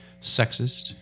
sexist